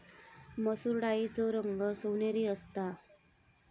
मसुर डाळीचो रंग सोनेरी असता